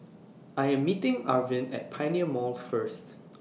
I Am meeting Arvin At Pioneer Mall First